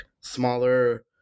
smaller